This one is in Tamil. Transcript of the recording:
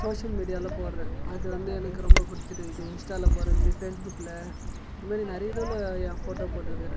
சோஷியல் மீடியாவில் போடுறேன் அது வந்து எனக்கு ரொம்ப பிடிச்சிருக்குது இன்ஸ்டாவில் போடுறது ஃபேஸ்புக்கில் இதுமாதிரி நிறைய இதுல என் ஃபோட்டோ போட்டுருக்கிறேன்